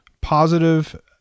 positive